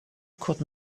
could